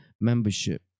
membership